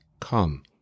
come